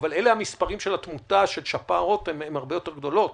המספרים של התמותה משפעת הרבה יותר גדולים